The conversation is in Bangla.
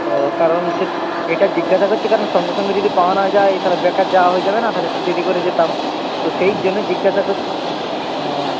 ও কারণ সে এটা জিজ্ঞাসা করছি কারণ সঙ্গে সঙ্গে যদি পাওয়া না যায় তাহলে বেকার যাওয়া হয়ে যাবে না তাহলে একটু দেরি করে যেতাম তো সেই জন্য জিজ্ঞাসা কর ও